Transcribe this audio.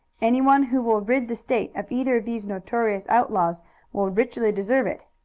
anyone who will rid the state of either of these notorious outlaws will richly deserve it.